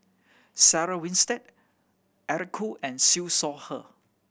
Sarah Winstedt Eric Khoo and Siew Shaw Her